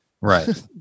Right